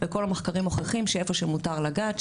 וכל המחקרים מוכיחים שאיפה שמותר לגעת,